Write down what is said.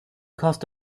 cost